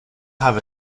have